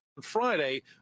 Friday